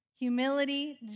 humility